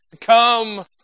come